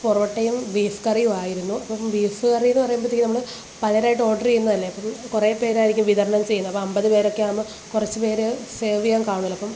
പൊറോട്ടയും ബീഫ് കറിയും ആയിരുന്നു അപ്പം ബീഫ് കറിയെന്ന് പറയുമ്പോഴത്തേക്ക് നമ്മൾ പകരമായിട്ട് ഓര്ഡർ ചെയ്യുന്നതല്ലേ അപ്പം കുറേ പേരായിരിക്കും വിതരണം ചെയ്യുന്നത് അപ്പം അമ്പത് പേരൊക്കെ ആവുമ്പം കുറച്ച് പേർ സെര്വ് ചെയ്യാന് കാണുമല്ലോ അപ്പം